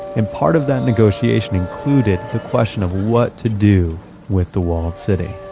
and part of that negotiation included the question of what to do with the walled city.